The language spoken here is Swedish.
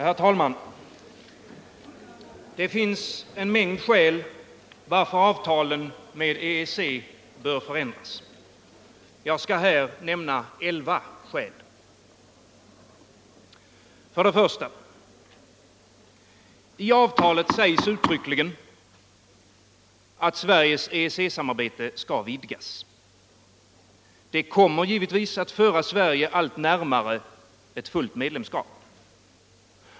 Herr talman! Det finns en mängd skäl varför avtalen med EEC bör förändras. Jag skall här nämna elva skäl. 1. I avtalet sägs uttryckligen att Sveriges EEC-samarbete skall vidgas. Detta kommer att föra Sverige allt närmare ett fullt medlemskap.